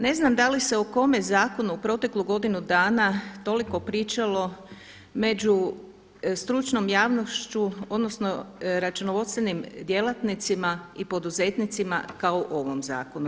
Ne znam da li se o kome zakonu u proteklih godinu dana toliko pričalo među stručnom javnošću, odnosno računovodstvenim djelatnicima i poduzetnicima kao o ovom zakonu.